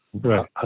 Right